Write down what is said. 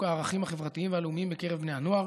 הערכים החברתיים והלאומיים בקרב בני העדה,